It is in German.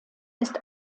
ist